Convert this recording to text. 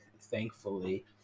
thankfully